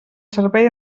servei